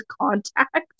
contact